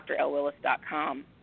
drlwillis.com